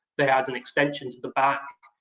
they add an extension to the back,